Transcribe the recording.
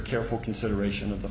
careful consideration of the